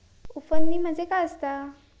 उफणणी म्हणजे काय असतां?